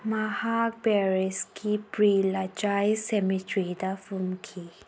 ꯃꯍꯥꯛ ꯄꯦꯔꯤꯁꯀꯤ Pere Lachaise ꯁꯦꯃꯤꯇ꯭ꯔꯤꯗ ꯐꯨꯝꯈꯤ